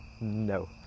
No